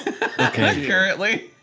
currently